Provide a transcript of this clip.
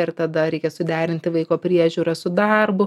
ir tada reikia suderinti vaiko priežiūrą su darbu